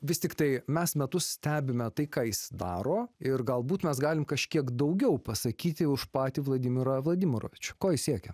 vis tiktai mes metus stebime tai ką jis daro ir galbūt mes galim kažkiek daugiau pasakyti už patį vladimirą vladimiravič ko jis siekia